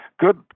good